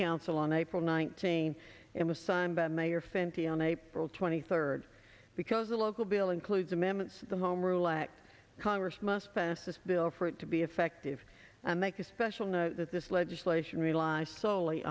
council on april nineteenth and was signed by mayor fenty on april twenty third because the local bill includes amendments the home rule act congress must pass this bill for it to be effective and make a special note that this legislation relies sole